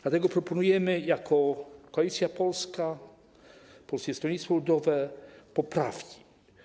Dlatego proponujemy jako Koalicja Polska - Polskie Stronnictwo Ludowe poprawki.